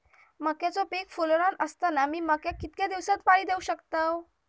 मक्याचो पीक फुलोऱ्यात असताना मी मक्याक कितक्या दिवसात पाणी देऊक शकताव?